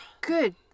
Good